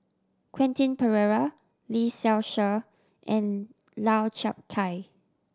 Quentin Pereira Lee Seow Ser and Lau Chiap Khai